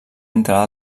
entre